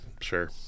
Sure